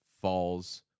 falls